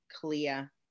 clear